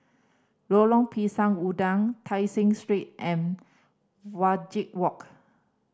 Lorong Pisang Udang Tai Seng Street and Wajek Walk